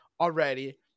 already